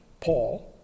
Paul